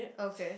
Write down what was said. okay